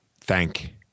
thank